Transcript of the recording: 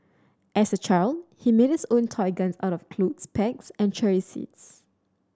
as a child he made his own toy guns out of clothes pegs and cherry seeds